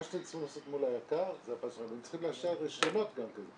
מה שאתם צריכים לעשות מול היק"ר --- צריכים לאשר רישיונות גם כן,